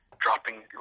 dropping